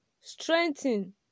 strengthen